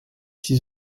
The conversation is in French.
six